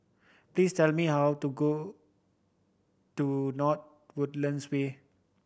please tell me how to go to North Woodlands Way